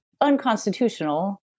unconstitutional